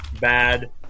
bad